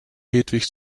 hedwig